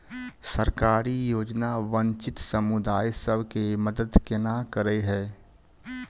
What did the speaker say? सरकारी योजना वंचित समुदाय सब केँ मदद केना करे है?